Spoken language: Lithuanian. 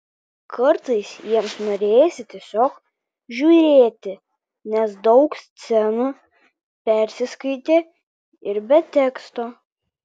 kartais jiems norėjosi tiesiog žiūrėti nes daug scenų persiskaitė ir be teksto